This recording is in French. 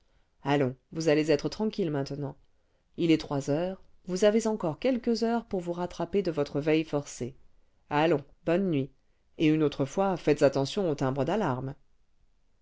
allons vous allez être tranquille maintenant il est trois heures vous avez encore quelques heures pour vous rattraper de votre veille forcée allons bonne nuit et une autre fois faites attention aux timbres d'alarme